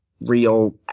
real